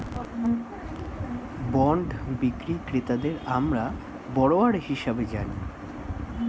bond বিক্রি ক্রেতাদের আমরা বরোয়ার হিসেবে জানি